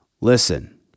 Listen